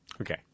Okay